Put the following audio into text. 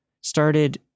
started